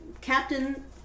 Captain